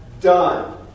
done